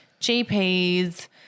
GPs